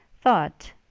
Thought